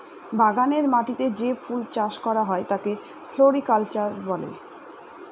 বাগানের মাটিতে যে ফুল চাষ করা হয় তাকে ফ্লোরিকালচার বলে